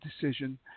decision